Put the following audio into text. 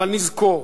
אבל נזכור: